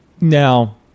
Now